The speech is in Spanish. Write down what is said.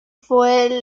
fue